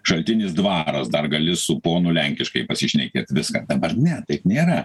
šaltinis dvaras dar gali su ponu lenkiškai pasišnekėt viską dabar ne taip nėra